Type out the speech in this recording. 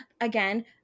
again –